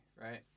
right